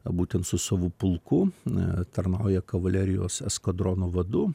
būtent su savo pulku tarnauja kavalerijos eskadrono vadu